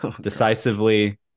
decisively